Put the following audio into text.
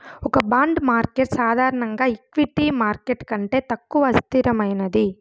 ఒక bond market సాధారణంగా equity market కంటే తక్కువ అస్థిరమైనది